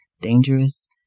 dangerous